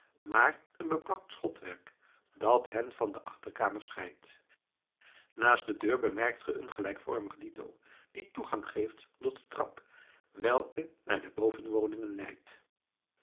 maar een beplakt schotwerk dat hen van de achterkamer scheidt naast de deur bemerkt ge een gelijkvormige dito die toegang geeft tot de trap welke naar de bovenwoningen leidt